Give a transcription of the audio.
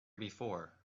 before